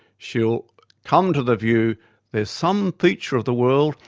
she'll come to the view there's some feature of the world,